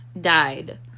died